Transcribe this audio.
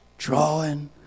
drawing